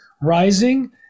rising